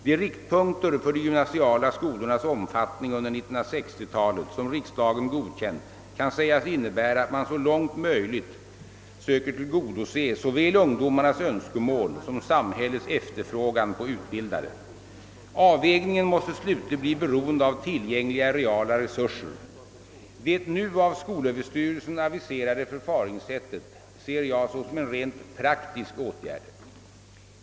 De riktpunkter för de gymnasiala skolornas omfattning under 1960-talet som riksdagen godkänt kan sägas innebära att man så långt möjligt söker till godose såväl ungdomarnas önskemål som samhällets efterfrågan på utbildade. Avvägningen måste slutligt bli beroende av tillgängliga reala resurser. Det nu av skolöverstyrelsen aviserade förfaringssättet ser jag såsom en rent praktisk åtgärd.